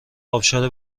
ابشار